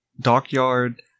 dockyard